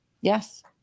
Yes